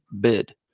bid